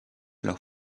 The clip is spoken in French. leurs